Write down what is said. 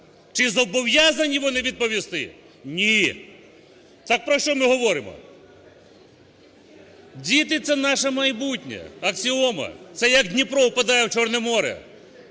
Чи зобов'язані воно відповісти? Ні. Так про що ми говоримо? Діти – це наше майбутнє – аксіома, це як Дніпро впадає в Чорне море.